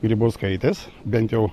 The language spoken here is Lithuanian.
grybauskaitės bent jau